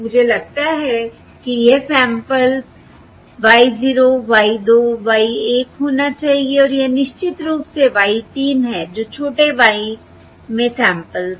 मुझे लगता है कि यह सैंपल्स y 0 y 2 y 1 होना चाहिए और यह निश्चित रूप से y 3 है जो छोटे y में सैंपल्स हैं